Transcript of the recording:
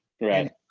right